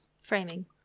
Framing